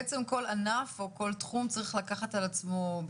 כל ענף או כל תחום צריך לקחת בחשבון,